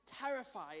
terrified